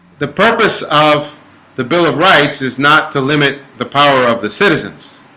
the purpose of the bill of rights is not to limit the power of the citizens